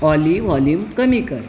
ऑली volume कमी कर